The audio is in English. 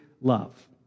love